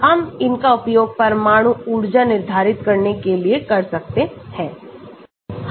हम इसका उपयोग परमाणु ऊर्जा निर्धारित करने के लिए कर सकते हैं